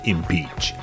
Impeach